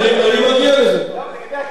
לא, לגבי הקטע הראשון, לגבי הדברים,